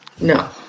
No